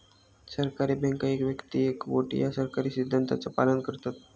सहकारी बँका एक व्यक्ती एक वोट या सहकारी सिद्धांताचा पालन करतत